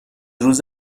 روز